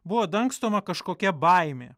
buvo dangstoma kažkokia baimė